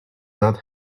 that